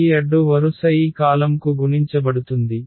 ఈ అడ్డు వరుస ఈ కాలమ్కు గుణించబడుతుంది